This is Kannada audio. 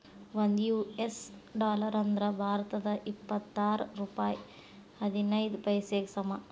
ಒಂದ್ ಯು.ಎಸ್ ಡಾಲರ್ ಅಂದ್ರ ಭಾರತದ್ ಎಪ್ಪತ್ತಾರ ರೂಪಾಯ್ ಹದಿನೈದ್ ಪೈಸೆಗೆ ಸಮ